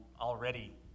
already